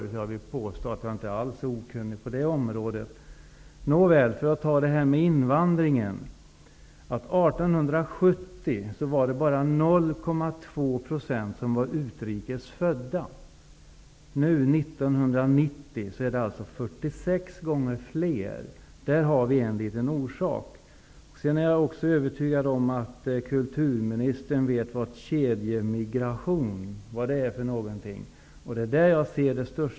Så jag vill påstå att jag inte alls är okunnig på det området. Nåväl, för att gå över till det här med invandringen. År 1870 var det bara 0,2 % som var utrikes födda, medan det år 1990 var 46 gånger fler. Där finns alltså en bidragande orsak. Jag är också övertygad om att kulturministern vet vad kedjemigration innebär.